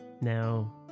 Now